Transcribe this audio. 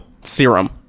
serum